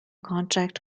contract